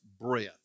breath